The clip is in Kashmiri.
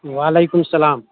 وعلیکُم سَلام